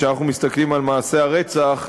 כשאנחנו מסתכלים על מעשי הרצח,